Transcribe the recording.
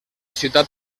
ciutat